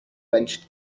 venture